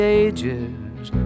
ages